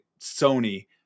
Sony